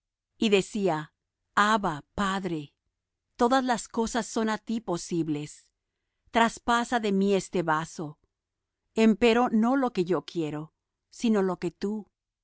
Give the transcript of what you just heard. y decía abba padre todas las cosas son á ti posibles traspasa de mí este vaso empero no lo que yo quiero sino lo que tú